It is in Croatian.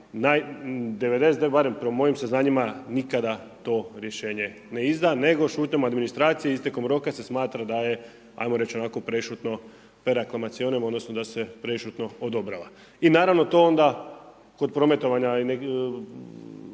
barem prema mojim saznanjima nikada to rješenje ne izda, nego šutnjom administracije, istekom roka se smatra da je onako prešutno .../Govornik se ne razumije./..., odnosno da se prešutno odobrava. I naravno to onda kod prometovanja